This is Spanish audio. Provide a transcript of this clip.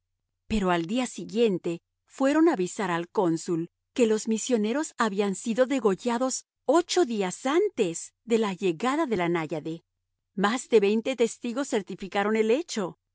pero al día siguiente fueron a avisar al cónsul que los misioneros habían sido degollados ocho días antes de la llegada de la náyade más de veinte testigos certificaron el hecho